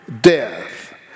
death